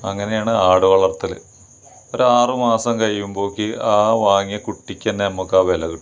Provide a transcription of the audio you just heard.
അങ്ങനെയാണ് ആട് വളർത്തൽ ഒരു ആറ് മാസം കഴിയുമ്പോഴേക്ക് ആ വാങ്ങിയ കുട്ടിക്ക് തന്നെ നമുക്ക് ആ വില കിട്ടും